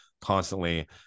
constantly